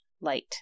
light